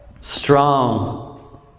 strong